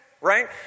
right